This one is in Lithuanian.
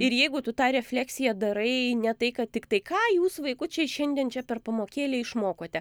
ir jeigu tu tą refleksiją darai ne tai kad tiktai ką jūs vaikučiai šiandien čia per pamokėlę išmokote